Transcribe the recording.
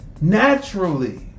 naturally